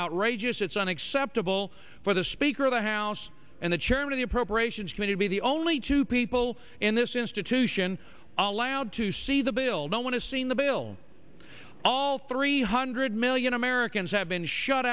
outrageous it's unacceptable for the speaker of the house and the chairman of the appropriations committee to be the only two people in this institution allowed to see the bill don't want to see in the bill all three hundred million americans have been shut